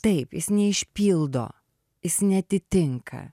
taip jis neišpildo jis neatitinka